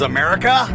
America